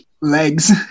legs